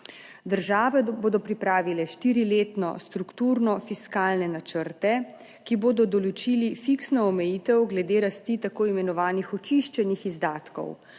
Države bodo pripravile štiriletno strukturno fiskalne načrte, ki bodo določili fiksno omejitev glede rasti tako imenovanih očiščenih izdatkov.